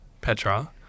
Petra